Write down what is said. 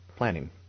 Planning